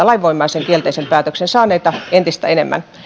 lainvoimaisen kielteisen päätöksen saaneita entistä enemmän